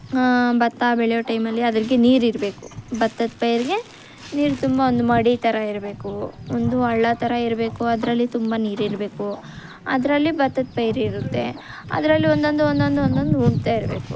ಭತ್ತ ಬೆಳೆಯೋ ಟೈಮಲ್ಲಿ ಅದಕ್ಕೆ ನೀರಿರಬೇಕು ಭತ್ತದ ಪೈರಿಗೆ ನೀರು ತುಂಬ ಒಂದು ಮಡಿ ಥರ ಇರಬೇಕು ಒಂದು ಹಳ್ಳ ಥರ ಇರಬೇಕು ಅದರಲ್ಲಿ ತುಂಬ ನೀರಿರಬೇಕು ಅದರಲ್ಲಿ ಭತ್ತದ ಪೈರಿರುತ್ತೆ ಅದರಲ್ಲೂ ಒಂದೊಂದು ಒಂದೊಂದು ಒಂದೊಂದು ಹೂಳ್ತಾಯಿರ್ಬೇಕು